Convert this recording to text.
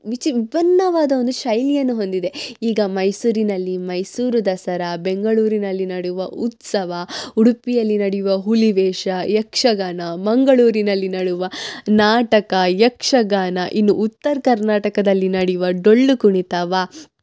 ವಿಚಿ ವಿಭಿನ್ನವಾದ ಒಂದು ಶೈಲಿಯನ್ನು ಹೊಂದಿದೆ ಈಗ ಮೈಸೂರಿನಲ್ಲಿ ಮೈಸೂರು ದಸರಾ ಬೆಂಗಳೂರಿನಲ್ಲಿ ನಡೆಯುವ ಉತ್ಸವ ಉಡುಪಿಯಲ್ಲಿ ನಡೆಯುವ ಹುಲಿ ವೇಷ ಯಕ್ಷಗಾನ ಮಂಗಳೂರಿನಲ್ಲಿ ನಡೆಯುವ ನಾಟಕ ಯಕ್ಷಗಾನ ಇನ್ನು ಉತ್ತರ ಕರ್ನಾಟಕದಲ್ಲಿ ನಡೆಯುವ ಡೊಳ್ಳು ಕುಣಿತ